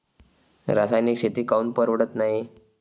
रासायनिक शेती काऊन परवडत नाई?